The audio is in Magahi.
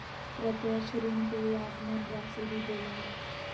प्रत्यक्ष ऋण के ही आगमन राशी भी बोला हइ